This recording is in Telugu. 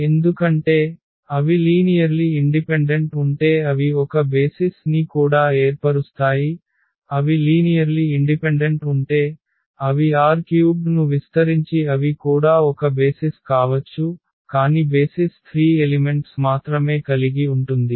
ఎందుకంటే అవి లీనియర్లి ఇండిపెండెంట్ ఉంటే అవి ఒక బేసిస్ ని కూడా ఏర్పరుస్తాయి అవి లీనియర్లి ఇండిపెండెంట్ ఉంటే అవి R³ ను విస్తరించి అవి కూడా ఒక బేసిస్ కావచ్చు కాని బేసిస్ 3 ఎలిమెంట్స్ మాత్రమే కలిగి ఉంటుంది